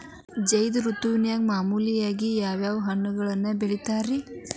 ಝೈದ್ ಋತುವಿನಾಗ ಮಾಮೂಲಾಗಿ ಯಾವ್ಯಾವ ಹಣ್ಣುಗಳನ್ನ ಬೆಳಿತಾರ ರೇ?